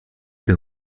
des